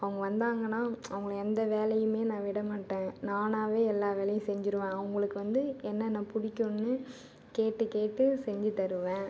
அவங்க வந்தாங்கனா அவங்கள எந்த வேலையுமே நான் விட மாட்டேன் நானாகவே எல்லா வேலையும் செஞ்சுருவேன் அவங்களுக்கு வந்து என்னென்ன பிடிக்குன்னு கேட்டு கேட்டு செஞ்சுத்தருவேன்